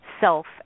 self